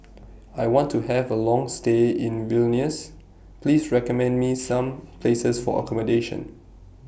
I want to Have A Long stay in Vilnius Please recommend Me Some Places For accommodation